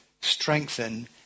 strengthen